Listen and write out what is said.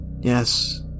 Yes